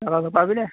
পাবিদে